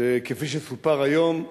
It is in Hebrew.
שכפי שסופר היום,